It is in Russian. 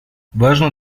важно